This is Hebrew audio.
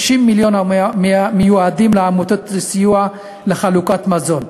60 מיליון מיועדים לעמותות הסיוע לחלוקת מזון.